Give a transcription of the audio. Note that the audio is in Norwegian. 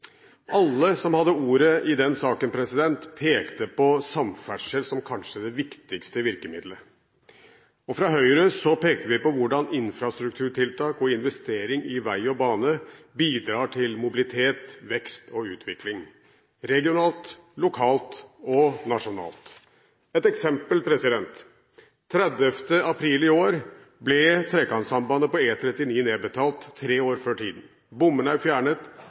Alle som hadde ordet i den saken, pekte på samferdsel som kanskje det viktigste virkemidlet, og vi fra Høyre pekte på hvordan infrastrukturtiltak og investering i vei og bane bidrar til mobilitet, vekst og utvikling – regionalt, lokalt og nasjonalt. Et eksempel: Den 30. april i år ble Trekantsambandet på E39 nedbetalt, tre år før tiden. Bommene er fjernet.